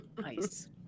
nice